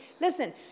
Listen